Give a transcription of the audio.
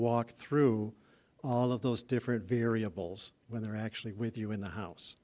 walk through all of those different variables when they're actually with you in the house